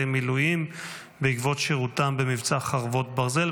המילואים בעקבות שירותם במבצע חרבות ברזל.